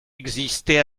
existé